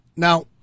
Now